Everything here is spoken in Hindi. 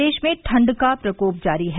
प्रदेश में ठंड का प्रकोप जारी है